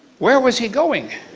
where was he going?